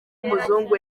umuzungu